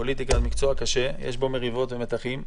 פוליטיקה היא מקצוע קשה, יש בו מריבות ומתחים.